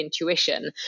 intuition